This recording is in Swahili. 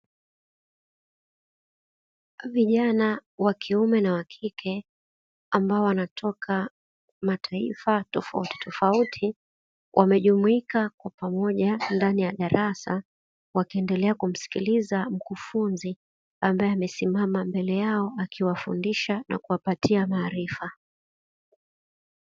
Vijana wa kiume na wa kike ambao wanatoka mataifa tofauti tofauti wamejumuika kwa pamoja ndani ya darasa, wakiendelea kumsikiliza mkufunzi ambaye amesimama mbele yao akiwafundisha na kuwapatia maarifa.